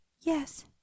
yes